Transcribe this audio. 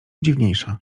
dziwniejsza